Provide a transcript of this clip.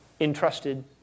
entrusted